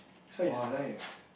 so it's nice